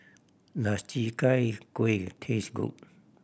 does Chi Kak Kuih taste good